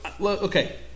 okay